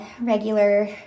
regular